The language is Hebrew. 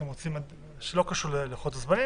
שלא קשור ללוחות הזמנים,